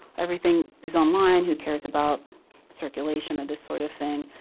everything is online, who cares about circulation or this sort of thing?